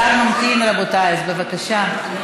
השר ממתין, רבותיי, אז בבקשה.